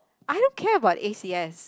I don't care about A_C_S